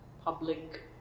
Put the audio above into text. public